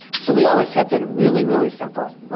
so we always kept it it really, really simple.